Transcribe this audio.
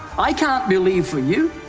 i can't believe for you.